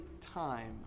time